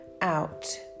out